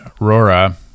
Aurora